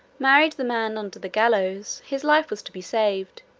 married the man under the gallows, his life was to be saved.